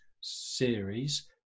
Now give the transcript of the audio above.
series